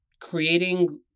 creating